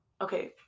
okay